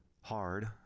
hard